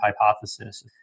hypothesis